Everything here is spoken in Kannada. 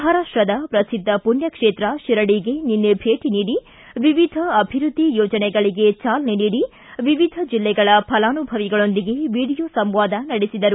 ಮಹಾರಾಷ್ಟದ ಶ್ರಸಿದ್ದ ಪುಣ್ಣ ಕ್ಷೇತ್ರ ಶಿರಡಿಗೆ ನಿನ್ನೆ ಭೇಟ ನೀಡಿ ವಿವಿಧ ಅಭಿವೃದ್ದಿ ಯೋಜನೆಗಳಿಗೆ ಚಾಲನೆ ನೀಡಿ ವಿವಿಧ ಜಿಲ್ಲೆಗಳ ಫಲಾನುಭವಿಗಳೊಂದಿಗೆ ವಿಡಿಯೋ ಸಂವಾದ ನಡೆಸಿದರು